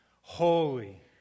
holy